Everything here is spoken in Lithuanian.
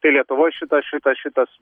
tai lietuvoj šitas šitas šitas